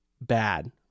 bad